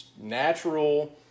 natural